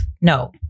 no